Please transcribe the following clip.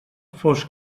fos